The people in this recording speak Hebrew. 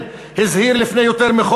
נגיד בנק ישראל,